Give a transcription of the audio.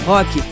Rock